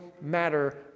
matter